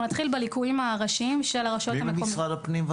מי נציג משרד הפנים?